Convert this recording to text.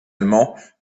allemand